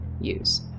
use